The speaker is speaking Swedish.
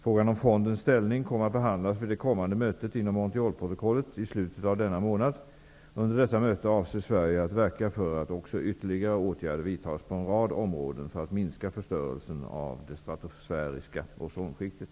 Frågan om fondens ställning kommer att behandlas vid det kommande mötet inom Under detta möte avser Sverige att verka för att också ytterligare åtgärder vidtas på en rad områden för att minska förstörelsen av det stratosfäriska ozonskiktet.